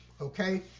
Okay